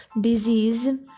disease